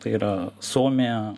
tai yra suomija